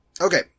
Okay